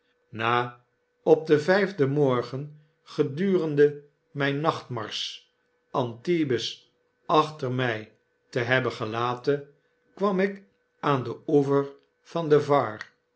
na op den vijfden morgen gedurende myn nachtmarsch a n t i b e s achter my te hebben gelaten kwam ik aandenoever van de